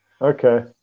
Okay